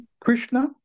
Krishna